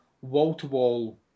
wall-to-wall